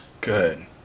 good